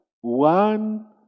one